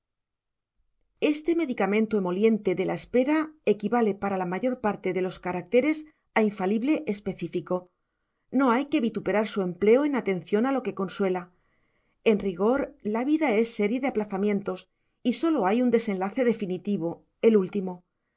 este medicamento emoliente de la espera equivale para la mayor parte de los caracteres a infalible específico no hay que vituperar su empleo en atención a lo que consuela en rigor la vida es serie de aplazamientos y sólo hay un desenlace definitivo el último